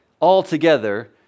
altogether